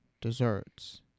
desserts